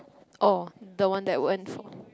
oh the one that I went for